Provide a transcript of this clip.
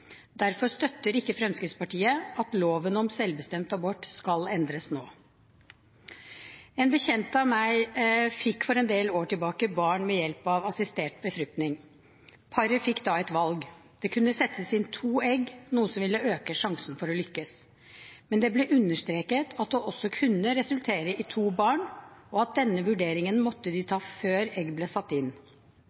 Derfor støtter ikke Fremskrittspartiet at loven om selvbestemt abort skal endres nå. En bekjent av meg fikk for en del år tilbake barn ved hjelp av assistert befruktning. Paret fikk da et valg. Det kunne settes inn to egg, noe som ville øke sjansen for å lykkes, men det ble understreket at det også kunne resultere i to barn, og at denne vurderingen måtte tas før egg ble satt inn.